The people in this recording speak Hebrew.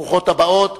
ברוכות הבאות.